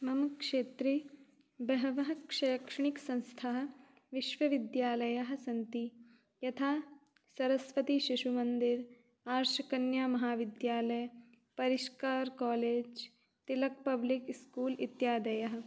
मम क्षेत्रे बहवः शैक्षणिकसंस्थाः विश्वविद्यालयाः सन्ति यथा सरस्वती शिशुमन्दिरम् आर्षकन्या महाविद्यालयः परिष्कार कोलेज् तिलकः पब्लिक् स्कूल् इत्यादयः